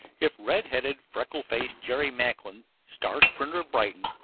if red-headed, freckle-faced jerry macklin, star sprinter of brighton,